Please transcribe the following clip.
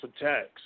attacks